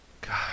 God